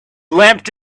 leapt